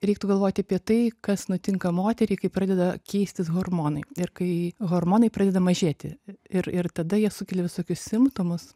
reiktų galvoti apie tai kas nutinka moteriai kai pradeda keistis hormonai ir kai hormonai pradeda mažėti ir ir tada jie sukelia visokius simptomus